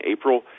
April